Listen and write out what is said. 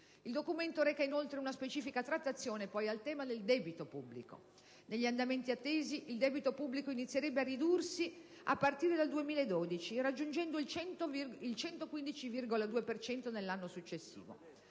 Il documento reca inoltre una specifica trattazione relativa al tema del debito pubblico. Negli andamenti attesi, il debito pubblico inizierebbe a ridursi a partire dal 2012, raggiungendo il 115,2 per cento nell'anno successivo.